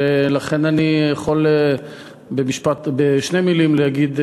ולכן אני יכול בשתי מילים להגיד,